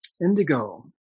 Indigo